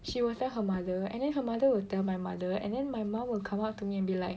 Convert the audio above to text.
she will tell her mother and then her mother will tell my mother and then my mum will come up to me and be like